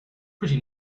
pretty